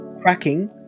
Cracking